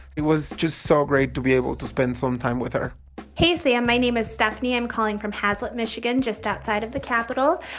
it was just so great to be able to spend some time with her hey, sam. my name is stephanie. i'm calling from haslett, mich, just outside of the capital.